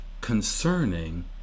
concerning